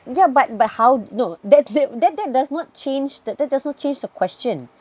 yeah but but how no that that that that does not change that that does not change the question